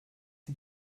die